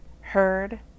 Heard